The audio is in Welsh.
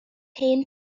hen